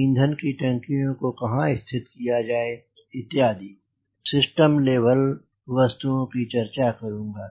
ईंधन टंकियों को कहाँ स्थित किया जाए इत्यादि सिस्टम लेवल वस्तुओं की चर्चा करूँगा